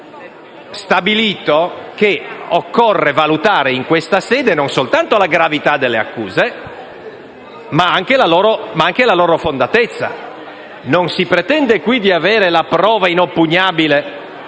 si è stabilito che occorre valutare in questa sede non solo la gravità delle accuse, ma anche la loro fondatezza. Non si pretende qui di avere la prova inoppugnabile